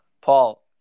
Paul